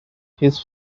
his